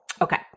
Okay